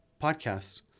podcasts